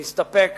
הוא הסתפק